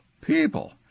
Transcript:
people